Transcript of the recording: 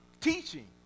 teaching